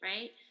right